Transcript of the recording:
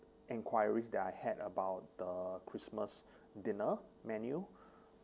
inquiries that I had about the christmas dinner menu